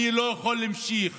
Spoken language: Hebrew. אני לא יכול להמשיך